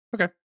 Okay